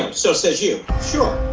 um so says you. sure.